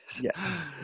Yes